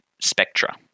spectra